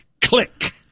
Click